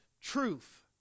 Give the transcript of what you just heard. truth